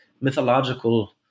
mythological